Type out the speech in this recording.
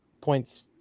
points